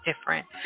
different